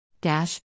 Dash